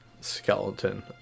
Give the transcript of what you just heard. skeleton